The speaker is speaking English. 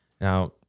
Now